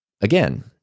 again